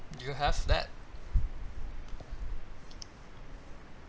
do you have that